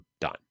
done